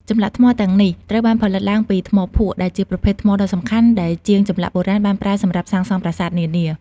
ចម្លាក់ថ្មទាំងនេះត្រូវបានផលិតឡើងពី ថ្មភក់ ដែលជាប្រភេទថ្មដ៏សំខាន់ដែលជាងចម្លាក់បុរាណបានប្រើសម្រាប់សាងសង់ប្រាសាទនានា។